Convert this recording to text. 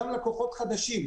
גם לקוחות חדשים.